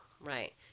Right